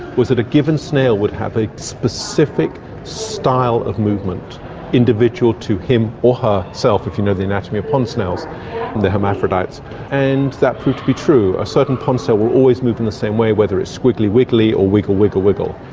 was that a given snail would have a specific style of movement individual to him or ah herself if you know the anatomy of pond snails and they're hermaphrodites and that proved to be true. a certain pond snail will always move in the same way whether it's squiggly wiggly or wiggle, wiggle, wiggle.